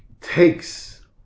takes